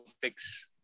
fix